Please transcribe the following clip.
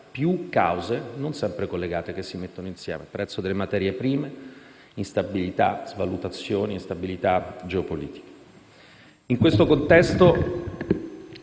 più cause non sempre collegate che si mettono insieme (prezzo delle materie prime, svalutazioni, instabilità geopolitica). In questo contesto,